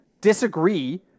Disagree